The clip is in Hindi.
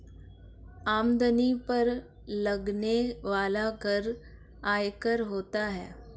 आमदनी पर लगने वाला कर आयकर होता है